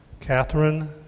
Catherine